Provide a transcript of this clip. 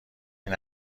این